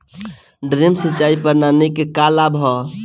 Drip सिंचाई प्रणाली के का लाभ ह?